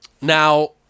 Now